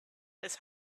his